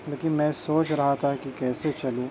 لیکن میں سوچ رہا تھا کہ کیسے چلوں